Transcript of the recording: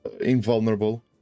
invulnerable